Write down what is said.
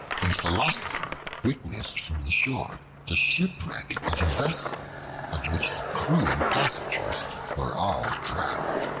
a philosopher witnessed from the shore the shipwreck of a vessel, of which the crew and passengers were all drowned.